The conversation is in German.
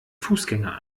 fußgänger